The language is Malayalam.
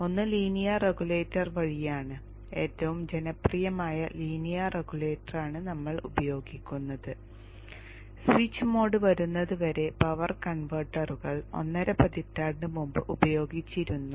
ഒന്ന് ലീനിയർ റെഗുലേറ്റർ വഴിയാണ് ഏറ്റവും ജനപ്രിയമായ ലീനിയർ റെഗുലേറ്ററാണ് നമ്മൾ ഉപയോഗിക്കുന്നത് സ്വിച്ച് മോഡ് വരുന്നത് വരെ പവർ കൺവെർട്ടറുകൾ ഒന്നര പതിറ്റാണ്ട് മുമ്പ് ഉപയോഗിച്ചിരുന്നു